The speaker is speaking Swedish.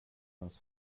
ens